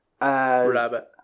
Rabbit